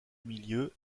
milieu